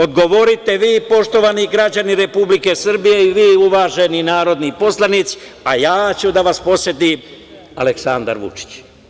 Odgovorite vi, poštovani građani Republike Srbije i vi, uvaženi narodni poslanici, a ja ću da vas podsetim - Aleksandar Vučić.